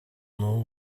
now